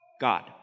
God